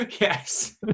Yes